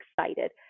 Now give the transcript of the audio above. excited